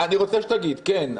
אני רוצה שתגיד, כן.